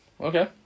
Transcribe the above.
Okay